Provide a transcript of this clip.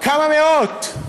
כמה מאות.